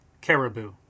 Caribou